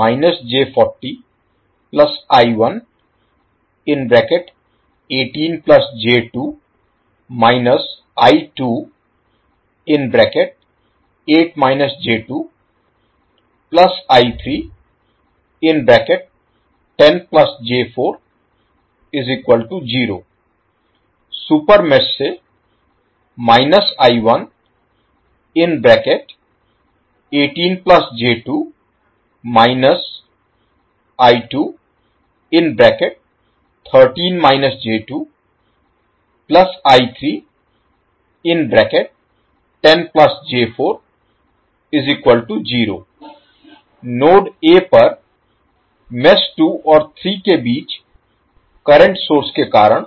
मेष 1 से सुपरमेश से नोड a पर मेष 2 और 3 के बीच करंट सोर्स के कारण